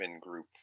group